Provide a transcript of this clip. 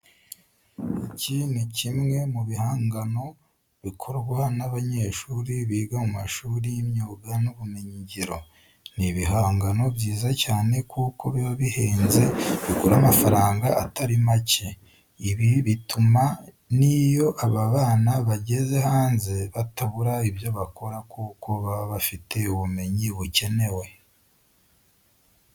Iki ni kimwe mu bihangano bikorwa n'abanyeshuri biga mu mashuri y'imyuga n'ubumenyingiro. Ni ibihangano byiza cyane kuko biba bihenze bigura amafaranga atari make. Ibi bituma n'iyo aba bana bageze hanze batabura ibyo bakora kuko baba bafite ubumenyi bukenewe.